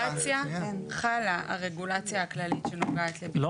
הרגולציה חלה, הרגולציה הכללית שנוגעת לבטיחות.